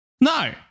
No